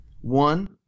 One